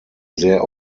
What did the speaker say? sehr